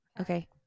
Okay